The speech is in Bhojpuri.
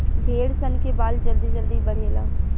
भेड़ सन के बाल जल्दी जल्दी बढ़ेला